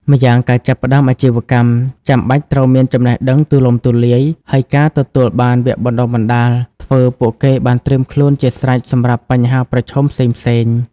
ម្យ៉ាងការចាប់ផ្ដើមអាជីវកម្ម ចាំបាច់ត្រូវមានចំណេះដឹងទូលំទូលាយ ហើយការទទួលបានវគ្គបណ្តុះបណ្ដាល ធ្វើពួកគេបានត្រៀមខ្លួនជាស្រេចសម្រាប់បញ្ហាប្រឈមផ្សេងៗ។